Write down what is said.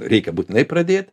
reikia būtinai pradėt